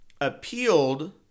appealed